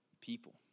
people